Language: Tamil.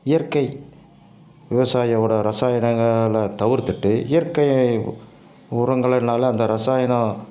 இயற்கை விவசாயியோட இரசாயனங்களை தவிர்த்திவிட்டு இயற்கை உரங்களினால் அந்த இரசாயனம்